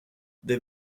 they